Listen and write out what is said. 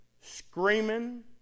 screaming